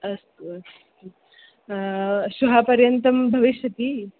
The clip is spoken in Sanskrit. अस्तु अस्तु श्वः पर्यन्तं भविष्यति